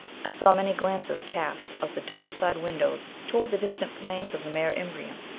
i saw many glances cast out the dome side windows toward the distant plains of the mare imbrium.